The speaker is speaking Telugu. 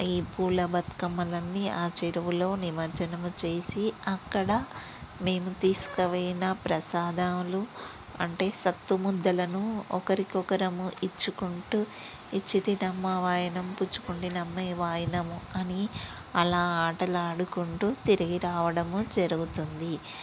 ఈ పూల బతుకమ్మలన్నీ ఆ చెరువులో నిమజ్జనము చేసి అక్కడ మేము తీసుకపోయిన ప్రసాదాలు అంటే సత్తు ముద్దలను ఒకరికొకరము ఇచ్చుకుంటూ ఇచ్చితినమ్మా వాయినం పుచ్చుకుంటినమ్మా వాయినము అని అలా ఆటలాడుకుంటూ తిరిగి రావడము జరుగుతుంది